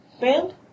band